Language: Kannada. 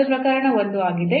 ಅದು ಪ್ರಕರಣ 1 ಆಗಿದೆ